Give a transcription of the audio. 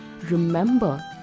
remember